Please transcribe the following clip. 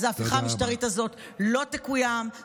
אז ההפיכה המשטרית הזאת לא תקוים.